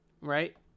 right